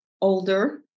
older